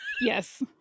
yes